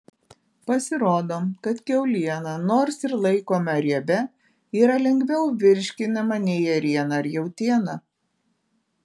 pasirodo kad kiauliena nors ir laikoma riebia yra lengviau virškinama nei ėriena ar jautiena